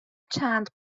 چند